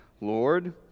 Lord